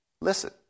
listen